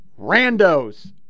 randos